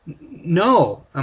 No